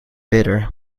bitter